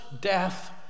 death